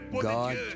God